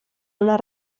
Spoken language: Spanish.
una